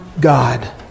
God